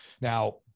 Now